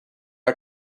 are